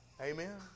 Amen